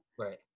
Right